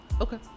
Okay